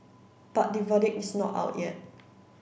but the verdict is not out yet